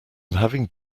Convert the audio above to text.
having